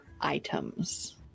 items